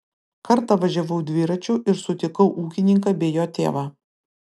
kartą važiavau dviračiu ir sutikau ūkininką bei jo tėvą